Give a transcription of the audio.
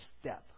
step